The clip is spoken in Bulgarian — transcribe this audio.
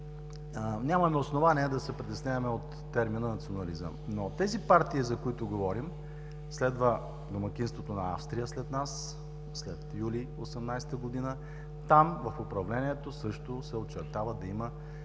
нямаме основание да се притесняваме от термина „национализъм“. Но от тези партии, за които говорим, следва домакинството на Австрия след нас – след юли 2018 г., там в управлението също се очертава да има